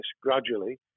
gradually